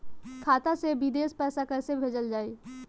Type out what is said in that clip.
खाता से विदेश पैसा कैसे भेजल जाई?